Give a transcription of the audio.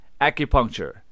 acupuncture